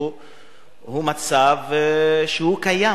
הוא מצב קיים.